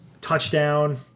touchdown